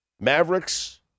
Mavericks